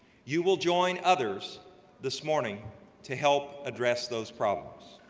you will join others this morning to help address those problems.